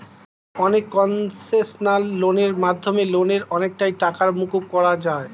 আজকাল অনেক কনসেশনাল লোনের মাধ্যমে লোনের অনেকটা টাকাই মকুব করা যায়